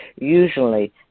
Usually